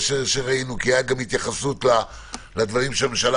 הייתה גם התייחסות לדברים שעושה הממשלה